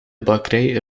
bakkerij